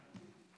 תודה רבה.